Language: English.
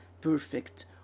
perfect